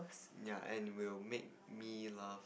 ya and will make me laugh